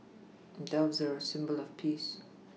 doves are a symbol of peace